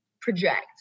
project